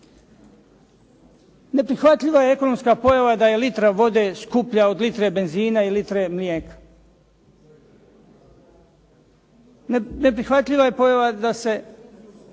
Neprihvatljiva je ekonomska pojava da je litra vode skuplja od litre benzina i litre mlijeka. Neprihvatljiva je pojava da se